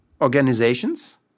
organizations